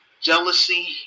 Jealousy